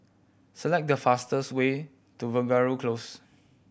select the fastest way to Veeragoo Close